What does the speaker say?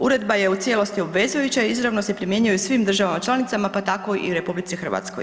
Uredba je u cijelosti obvezujuća, izravno se primjenjuje u svim državama članicama pa tako i u RH.